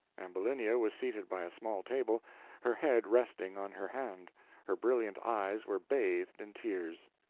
ambulinia was seated by a small table her head resting on her hand her brilliant eyes were bathed in tears.